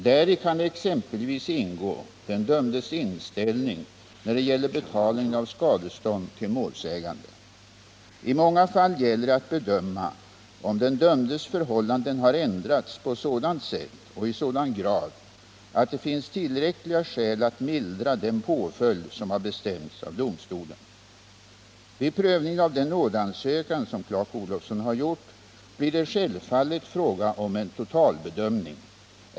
Däri kan exempelvis ingå den dömdes inställning när det gäller betalningen av skadestånd till målsägande. I många fall gäller det att bedöma om den dömdes förhållanden har ändrats på sådant sätt och i sådan grad att det finns tillräckliga skäl att mildra den påföljd som har bestämts av domstolen. Vid prövningen av den nådeansökan som Clark Olofsson har gjort blir det självfallet fråga om en totalbedömning.